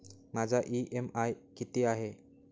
माझा इ.एम.आय किती आहे?